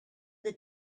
the